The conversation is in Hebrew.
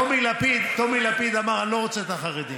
טומי לפיד אמר: אני לא רוצה את החרדים.